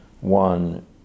one